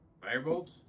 Firebolt